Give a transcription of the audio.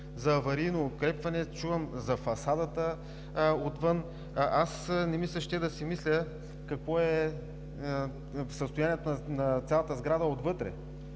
за аварийно укрепване, чувам за фасадата отвън. Не ми се ще да си мисля какво е състоянието на цялата сграда отвътре,